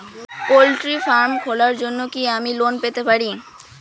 Poultry farm খোলার জন্য কি আমি লোন পেতে পারি?